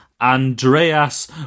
Andreas